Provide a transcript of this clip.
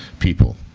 people.